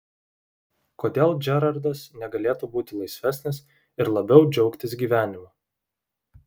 kodėl džerardas negalėtų būti laisvesnis ir labiau džiaugtis gyvenimu